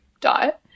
diet